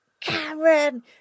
Cameron